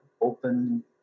open